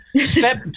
Step